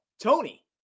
Tony